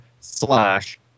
slash